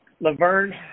Laverne